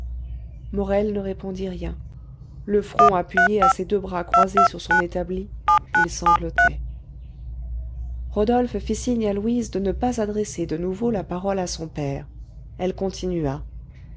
morel ne répondit rien le front appuyé à ses deux bras croisés sur son établi il sanglotait rodolphe fit signe à louise de ne pas adresser de nouveau la parole à son père elle continua